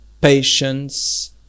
patience